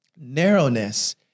Narrowness